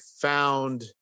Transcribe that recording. found